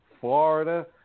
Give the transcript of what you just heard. florida